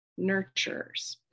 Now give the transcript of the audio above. nurturers